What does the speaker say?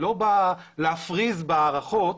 שלא בא להפריז בהערכות,